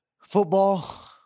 football